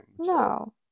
no